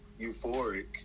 euphoric